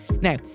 Now